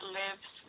lives